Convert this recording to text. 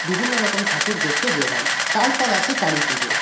বিভিন্ন রকম ঠাকুর দেখতে বের হন তারপর আসে কালী পুজো